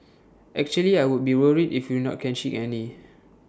actually I would be worried if we not catching any